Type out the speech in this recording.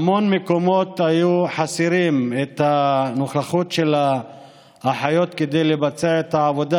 בהמון מקומות הייתה חסרה הנוכחות של האחיות לביצוע העבודה,